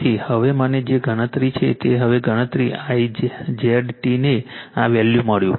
તેથી હવે મને જે ગણતરી છે હવે ગણતરી I Z T ને આ વેલ્યુ મળ્યું